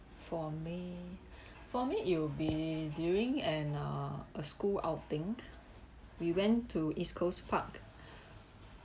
for me for me it'll be during an uh a school outing we went to east coast park